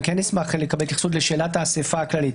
וכן נשמח לקבל התייחסות לשאלת האסיפה הכללית